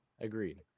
Agreed